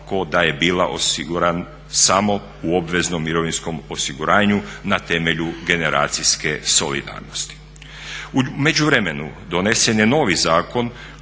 kao da je bila osiguran samo u obveznom mirovinskom osiguranju na temelju generacijske solidarnosti. U međuvremenu donesen je novi zakon